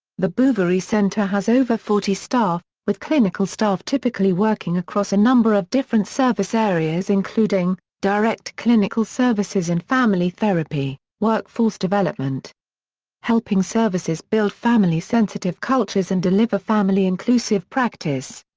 the bouverie centre has over forty staff, with clinical staff typically working across a number of different service areas including direct clinical services in and family therapy workforce development helping services build family sensitive cultures and deliver family inclusive practice.